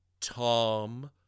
Tom